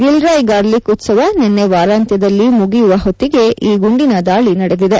Gilroy garlic ಉತ್ಸವ ನಿನ್ನೆ ವಾರಾಂತ್ಯದಲ್ಲಿ ಮುಗಿಯುವ ಹೊತ್ತಿಗೆ ಈ ಗುಂಡಿನ ದಾಳಿ ನಡೆದಿದೆ